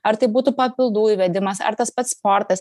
ar tai būtų papildų įvedimas ar tas pats sportas